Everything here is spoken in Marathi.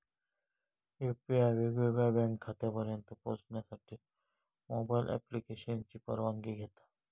यू.पी.आय वेगवेगळ्या बँक खात्यांपर्यंत पोहचण्यासाठी मोबाईल ॲप्लिकेशनची परवानगी घेता